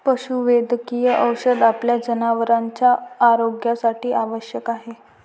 पशुवैद्यकीय औषध आपल्या जनावरांच्या आरोग्यासाठी आवश्यक आहे